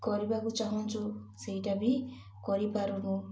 କରିବାକୁ ଚାହୁଁଛୁ ସେଇଟା ବି କରିପାରୁନୁ